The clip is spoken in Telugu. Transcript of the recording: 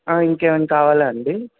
ఇంకేమైనా కావాలా అండి